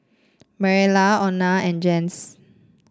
Marcella Ona and Jens